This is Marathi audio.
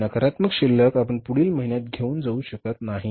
ती नकारात्मक शिल्लक आपण पुढील महिन्यात घेऊन जाऊ शकत नाही